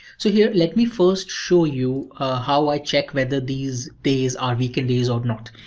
so here, let me first show you how i check whether these days are weekend days or not.